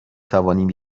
توانیم